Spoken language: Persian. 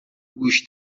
گوش